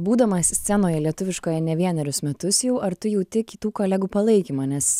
būdamas scenoje lietuviškoje ne vienerius metus jau ar tu jauti kitų kolegų palaikymą nes